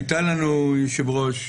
היושב-ראש,